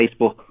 Facebook